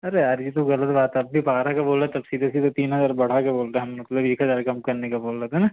अरे यार यह तो गलत बात अभी बारह का बोल रहे थे अब सीधे सीधे तीन हज़ार बढ़ा कर बोल रहे हम मतलब एक हज़ार कम करने का बोल रहे थे ना